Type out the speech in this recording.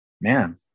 man